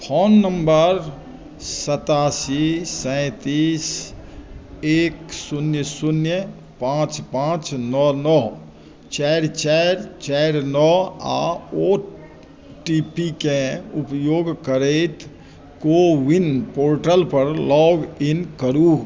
phone number सतासी सैंतीस एक शून्य शून्य पाँच पाँच नओ नओ चारि चारि चारि नओ आ ओटीपीके उपयोग करैत को विन पोर्टलपर लॉग इन करू